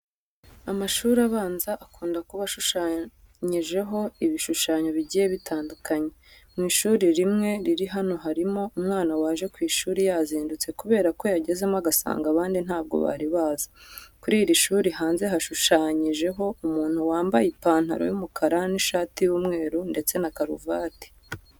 Amashuri abanza akunda kuba ashushanyijeho ibishushanyo bigiye bitandukanye. Mu ishuri rimwe riri hano harimo umwana waje ku ishuri yazindutse kubera ko yagezemo agasanga abandi ntabwo bari baza. Kuri iri shuri hanze hashushanyijeho umuntu wambaye ipantaro y'umukara n'ishati y'umweru ndetse na karuvati.